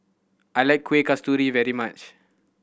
I like Kuih Kasturi very much